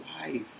life